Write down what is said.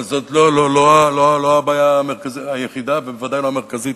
אבל זאת לא הבעיה היחידה ובוודאי לא המרכזית.